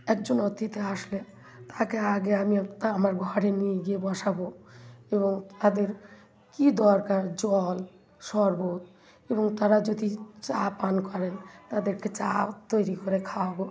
একজন অতিথি আসলে তাকে আগে আমি তা আমার ঘরে নিয়ে গিয়ে বসাব এবং তাদের কী দরকার জল শরবত এবং তারা যদি চা পান করেন তাদেরকে চাও তৈরি করে খাওয়াব